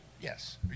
Yes